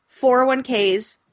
401Ks